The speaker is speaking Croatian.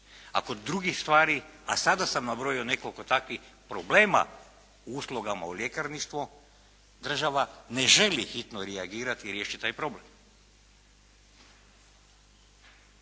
a kod drugih stvari, a sada sam nabrojao nekoliko takvih problema o u slugama u ljekarništvu, država ne želi hitno reagirati i riješiti taj problem?